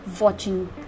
watching